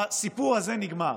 הסיפור הזה נגמר.